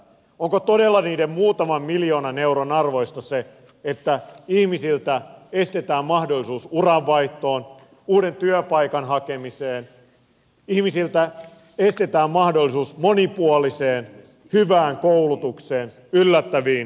onko todella niiden muutaman miljoonan euron arvoista se että ihmisiltä estetään mahdollisuus uranvaihtoon uuden työpaikan hakemiseen ihmisiltä estetään mahdollisuus monipuoliseen hyvään koulutukseen yllättäviin kokonaisuuksiin